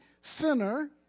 sinner